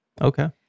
Okay